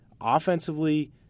offensively